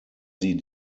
sie